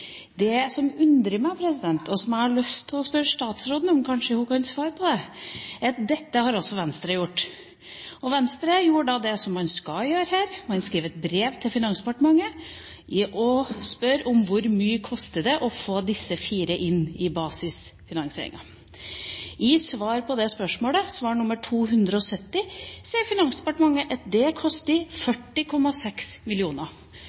i basisbevilgningen. Dette undrer meg, og jeg har lyst til å spørre statsråden om det – kanskje hun kan svare. Dette har også Venstre gjort. Venstre gjorde da det man skal gjøre: Vi skrev et brev til Finansdepartementet og spurte om hvor mye det koster å få fire institutter inn i basisfinansieringen. I svaret på det spørsmålet, svar nr. 270, sier Finansdepartementet at det koster